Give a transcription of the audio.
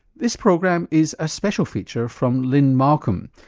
this program is a special feature from lynne malcolm.